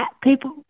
people